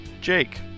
Jake